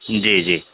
جی جی